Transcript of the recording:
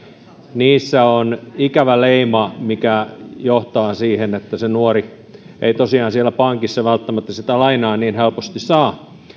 on ikävä leima mikä johtaa siihen että se nuori ei tosiaan siellä pankissa välttämättä sitä lainaa niin helposti saa